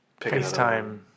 FaceTime